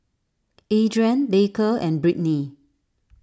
Adriene Baker and Brittni